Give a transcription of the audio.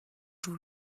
joue